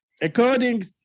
according